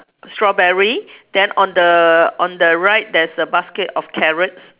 strawberry then on the on the right there's a basket of carrots